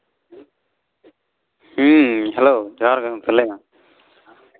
ᱦᱮᱸ ᱦᱮᱞᱳ ᱡᱚᱦᱟᱨ ᱜᱮ ᱜᱚᱢᱠᱮ ᱞᱟᱹᱭ ᱢᱮ